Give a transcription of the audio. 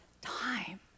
time